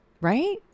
Right